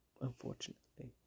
Unfortunately